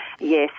Yes